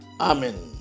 Amen